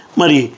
Mari